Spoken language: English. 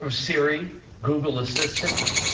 um siri, google assistant,